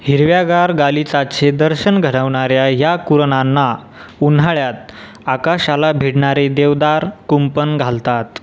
हिरव्यागार गालिचाचे दर्शन घडवणाऱ्या ह्या कुरणांना उन्हाळ्यात आकाशाला भिडणारे देवदार कुंपण घालतात